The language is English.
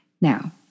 Now